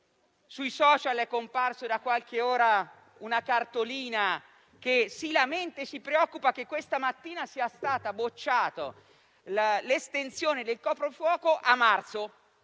Sui *social* è comparso da qualche ora un *post* in cui ci si lamenta e ci si preoccupa del fatto che questa mattina sia stata bocciata l'estensione del coprifuoco a marzo,